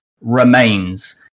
remains